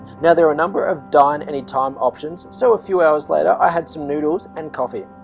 now there are a number of dine anytime options so a few hours later i had some noodles and coffee